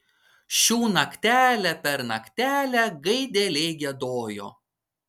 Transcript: šių naktelę per naktelę gaideliai giedojo